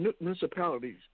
municipalities